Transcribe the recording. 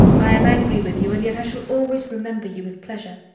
i am angry with you and yet i shall always remember you with pleasure.